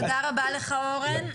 תודה רבה לך אורן.